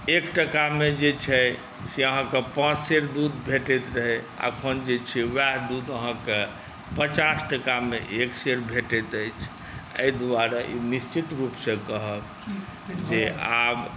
एक टाकामे जे छै से अहाँकेँ पाँच सेर दूध भेटैत रहै अखन जे छै उएह दूध अहाँकेँ पचास टाकामे एक सेर भेटैत अछि एहि दुआरे ई निश्चित रूपसँ कहब जे आब